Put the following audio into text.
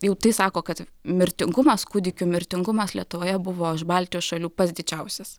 jau tai sako kad mirtingumas kūdikių mirtingumas lietuvoje buvo iš baltijos šalių pats didžiausias